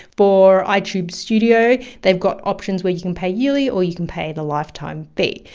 for itube studio, they've got options where you can pay yearly or you can pay the lifetime fee.